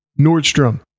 Nordstrom